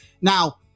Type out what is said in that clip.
Now